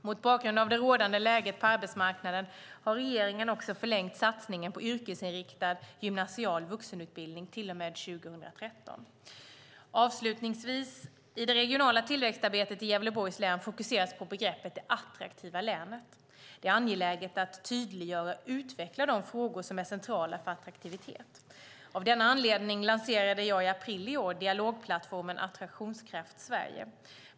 Mot bakgrund av det rådande läget på arbetsmarknaden har regeringen också förlängt satsningen på yrkesinriktad gymnasial vuxenutbildning till och med 2013. Avslutningsvis: I det regionala tillväxtarbetet i Gävleborgs län fokuseras på begreppet "Det attraktiva länet". Det är angeläget att tydliggöra och utveckla de frågor som är centrala för attraktivitet. Av denna anledning lanserade jag i april i år dialogplattformen Attraktionskraft Sverige .